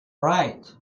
right